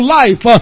life